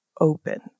open